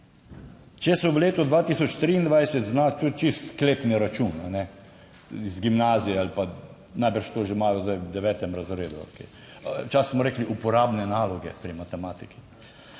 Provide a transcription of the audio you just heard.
Če se v letu 2023 zna, to je čisto sklepni račun iz gimnazije ali pa najbrž to že imajo zdaj v devetem razredu, včasih smo rekli uporabne naloge pri matematiki,